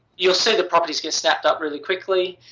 you'll see the properties get stnapped up really quickly.